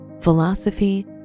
philosophy